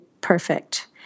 perfect